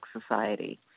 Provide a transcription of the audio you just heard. society